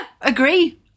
agree